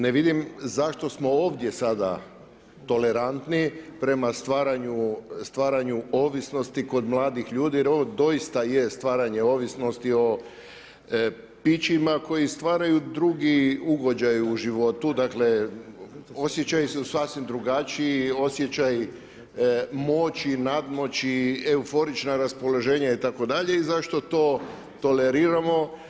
Ne vidim zašto smo ovdje sada tolerantni prema stvaranju ovisnosti kod mladih ljudi jer ovo doista je stvaranje ovisnosti o pićima koji stvaraju drugi ugođaj u životu dakle osjećaji su sasvim drugačiji, osjećaj moći nadmoći, euforična raspoloženja itd. i zašto to toleriramo.